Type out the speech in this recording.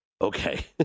Okay